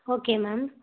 okay ma'am